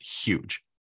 huge